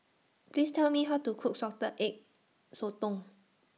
Please Tell Me How to Cook Salted Egg Sotong